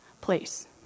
place